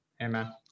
Amen